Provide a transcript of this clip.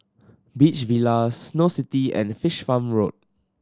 Beach Villas Snow City and Fish Farm Road